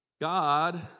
God